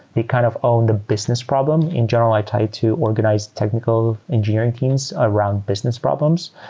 they kind of own the business problem. in general, i tie to organized technical engineering teams around business problems.